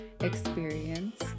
experience